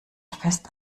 fest